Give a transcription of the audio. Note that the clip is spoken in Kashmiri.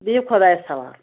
بِہو خۄدایس حوال